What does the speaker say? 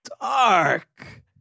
Dark